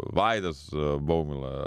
vaidas baumila